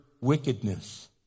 wickedness